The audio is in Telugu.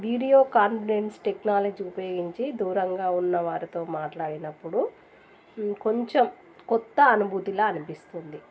వీడియో కాన్ఫరెన్స్ టెక్నాలజీ ఉపయోగించి దూరంగా ఉన్నవారితో మాట్లాడినప్పుడు కొంచెం కొత్త అనుభూతిలా అనిపిస్తుంది